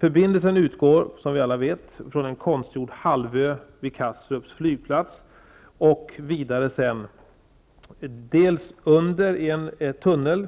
Förbindelsen utgår, som vi alla vet, från en konstgjord halvö vid Kastrups flygplats och går sedan vidare i en tunnel